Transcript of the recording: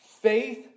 faith